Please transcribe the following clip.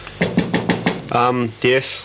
yes